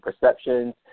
perceptions